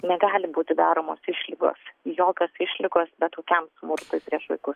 negali būti daromos išlygos jokios išlygos bet kokiam smurtui prieš vaikus